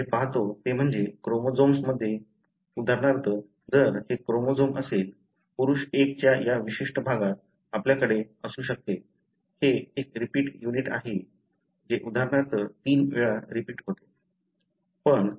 आपण जे पाहतो ते म्हणजे क्रोमोझोम्समध्ये उदाहरणार्थ जर हे क्रोमोझोम्स असेल पुरुष 1 च्या या विशिष्ट भागात आपल्याकडे असू शकते हे एक रिपीट युनिट आहे जे उदाहरणार्थ 3 वेळा रिपीट होते